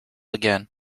again